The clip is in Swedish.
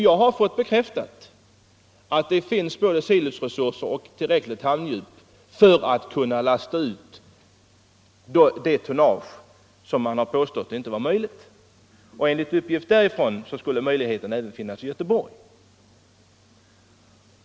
Jag har fått bekräftat att det finns både siloresurser och tillräckligt hamndjup för att det tonnage skall kunna föras ut som man har påstått inte var möjligt att få ut. Enligt uppgift från Helsingborgs hamn skulle sådan möjlighet finnas även i Göteborg.